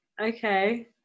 okay